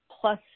plus